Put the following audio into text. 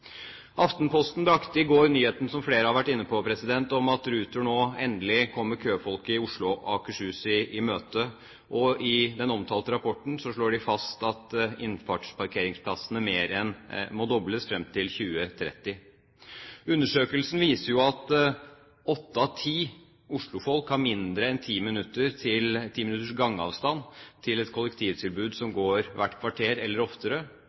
Aftenposten brakte i går nyheten, som flere har vært inne på, om at Ruter nå endelig kommer køfolket i Oslo og Akershus i møte. I den omtalte rapporten slår de fast at innfartsparkeringsplassene må mer enn dobles frem til 2030. Undersøkelsen viser jo at åtte av ti Oslo-folk har mindre enn 10 minutters gangavstand til et kollektivtilbud som går hvert kvarter eller oftere.